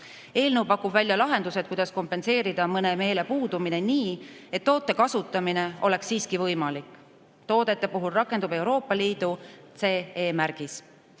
Eelnõu pakub välja lahendused, kuidas kompenseerida mõne meele puudumine nii, et toote kasutamine oleks siiski võimalik. Toodete puhul rakendub Euroopa Liidu CE-märgis.